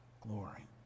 glory